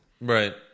Right